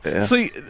see